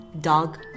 dog